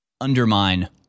undermine